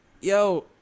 yo